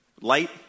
Light